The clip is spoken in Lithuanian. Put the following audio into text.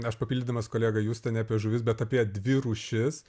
aš papildydamas kolegą justą ne apie žuvis bet apie dvi rūšis